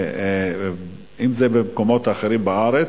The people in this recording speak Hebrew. אם זה במקומות אחרים בארץ,